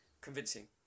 convincing